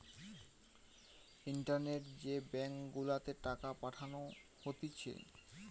ইন্টারনেটে যে ব্যাঙ্ক গুলাতে টাকা পাঠানো হতিছে